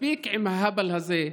מספיק עם ההבל הזה,